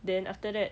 then after that